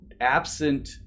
absent